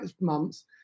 months